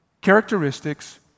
characteristics